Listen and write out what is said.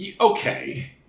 Okay